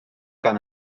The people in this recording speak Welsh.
gan